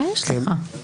מה יש לך?